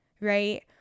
right